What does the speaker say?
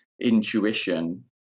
intuition